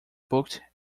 booked